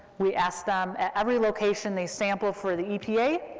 we asked them, at every location they sampled for the epa,